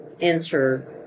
enter